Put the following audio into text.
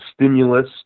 stimulus